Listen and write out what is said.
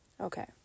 Okay